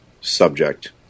subject